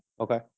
okay